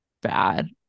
bad